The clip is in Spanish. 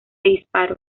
disparo